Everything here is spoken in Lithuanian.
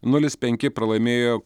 nulis penki pralaimėjo